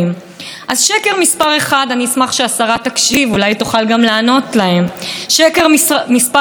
שקר מספר אחת: בית המשפט העליון פוגע בכוחה של הכנסת כרשות מחוקקת.